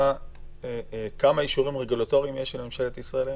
יודע כמה אישורים רגולטוריים יש לממשלת ישראל היום?